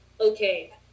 okay